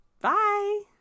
Bye